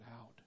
out